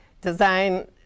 design